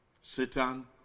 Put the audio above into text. Satan